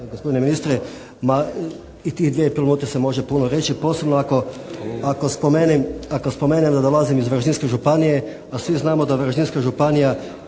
gospodine ministre! Ma, i tih dvije i pol minute se može puno reći posebno ako spomenem da dolazim iz Varaždinske županije a svi znamo da Varaždinska županija